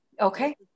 Okay